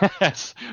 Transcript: Yes